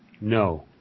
No